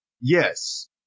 yes